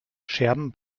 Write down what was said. scherben